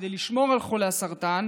כדי לשמור על חולי הסרטן,